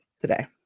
today